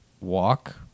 walk